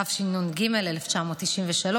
התשנ"ג 1993,